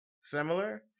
similar